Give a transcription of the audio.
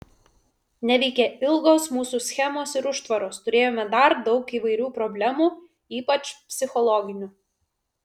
neveikė ilgos mūsų schemos ir užtvaros turėjome dar daug įvairių problemų ypač psichologinių